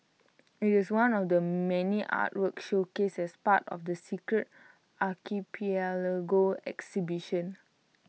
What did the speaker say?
IT is one of the many artworks showcased as part of the secret archipelago exhibition